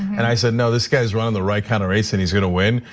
and i said, no, this guy's running the right kind of race, and he's gonna win.